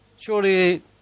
Surely